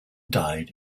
died